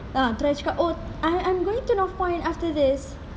a'ah try cakap oh i~ I'm going to north point after this